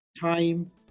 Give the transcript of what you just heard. time